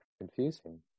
confusing